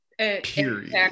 period